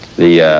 the